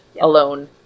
alone